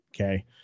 Okay